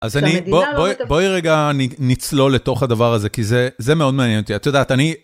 אז בואי רגע נצלול לתוך הדבר הזה, כי זה מאוד מעניין אותי, את יודעת, אני...